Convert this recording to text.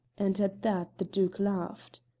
and at that the duke laughed.